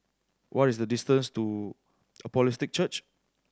what is the distance to Apostolic Church